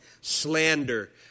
slander